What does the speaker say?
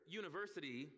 university